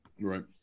Right